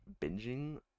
binging